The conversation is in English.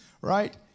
right